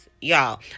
y'all